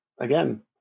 again